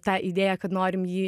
tą idėją kad norim jį